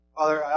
Father